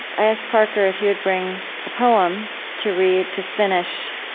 i asked parker if he would bring a poem to read to finish,